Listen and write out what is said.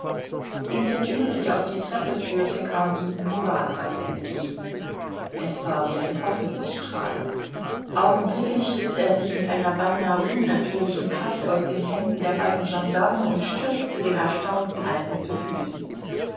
in der türe die auf die treppe führte kam ihm murasow entgegen es war wie ein hoffnungsstrahl augenblicklich riß er sich mit einer beinahe unnatürlichen kraft aus den händen der beiden gendarme und stürzte dem erstaunten alten zu füßen